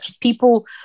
People